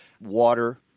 water